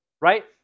right